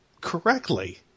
correctly